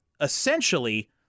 essentially